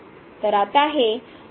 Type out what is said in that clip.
तर आता हे 0 वर जाईल